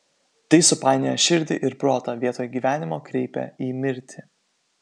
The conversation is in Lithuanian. tai supainioja širdį ir protą vietoj gyvenimo kreipia į mirtį